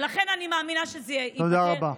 ולכן אני מאמינה שזה ייגמר, תודה רבה.